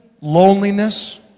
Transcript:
loneliness